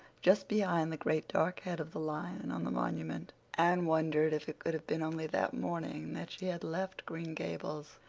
just behind the great dark head of the lion on the monument. anne wondered if it could have been only that morning that she had left green gables.